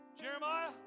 Jeremiah